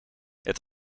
het